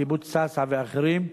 קיבוץ סאסא ואחרים.